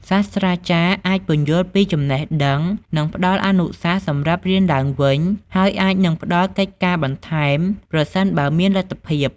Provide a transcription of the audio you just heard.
សាស្ត្រាចារ្យអាចពន្យល់ពីចំណេះដឹង និងផ្តល់អនុសាសន៍សម្រាប់រៀនឡើងវិញ ហើយអាចនឹងផ្តល់កិច្ចការបន្ថែម ប្រសិនបើមានលទ្ធភាព។